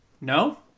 No